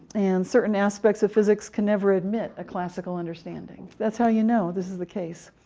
and certain aspects of physics can never admit a classical understanding. that's how you know this is the case.